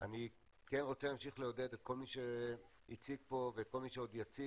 אני כן רוצה להמשיך לעודד את כל מי שהציג פה ואת כל מי שעוד יציג,